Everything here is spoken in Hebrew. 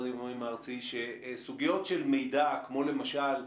הארצי שסוגיות של מידע, כמו למשל,